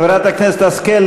חברת הכנסת השכל,